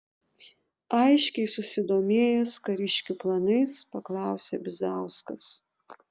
aiškiai susidomėjęs kariškių planais paklausė bizauskas